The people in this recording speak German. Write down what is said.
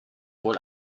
wohl